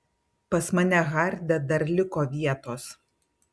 pas mane harde dar liko vietos